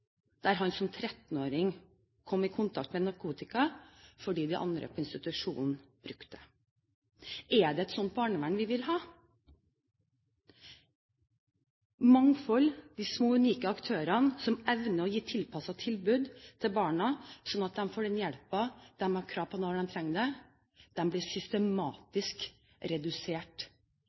der han som 13-åring kom i kontakt med narkotika, fordi de andre på institusjonen brukte det. Er det et slikt barnevern vi vil ha? Mangfoldet – de små, unike aktørene, som evner å gi tilpasset tilbud til barna, slik at de får den hjelpen de har krav på når de trenger det – blir systematisk redusert